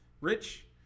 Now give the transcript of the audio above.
rich